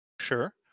sure